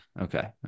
Okay